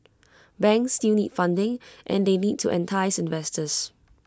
banks still need funding and they need to entice investors